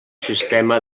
sistema